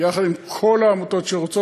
יחד עם כל העמותות שרוצות.